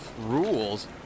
Rules